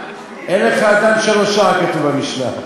אין לך אדם שאין לו שעה, כתוב במשנה.